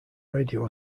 radio